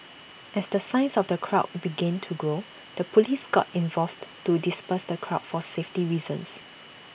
as the size of the crowd begin to grow the Police got involved to disperse the crowd for safety reasons